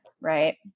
right